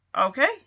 okay